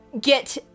get